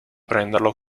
prenderlo